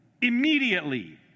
Immediately